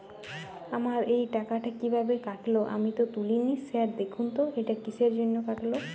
আমার এই টাকাটা কীভাবে কাটল আমি তো তুলিনি স্যার দেখুন তো এটা কিসের জন্য কাটল?